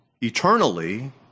eternally